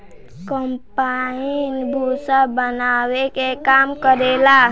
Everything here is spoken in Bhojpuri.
कम्पाईन भूसा बानावे के काम करेला